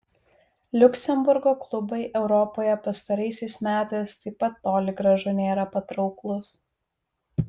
liuksemburgo klubai europoje pastaraisiais metais taip pat toli gražu nėra patrauklūs